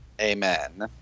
Amen